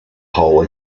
hole